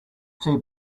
two